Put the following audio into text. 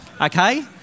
Okay